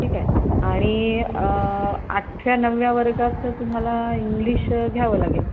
ठीक आहे आणि आं आठव्या नवव्या वर्गाचं तुम्हाला इंग्लिश घ्यावं लागेल